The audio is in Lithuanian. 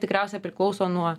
tikriausia priklauso nuo